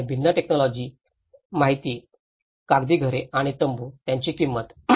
आणि भिन्न टेक्नॉलॉजी माहिती कागद घरे आणि तंबू त्याची किंमत